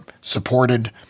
supported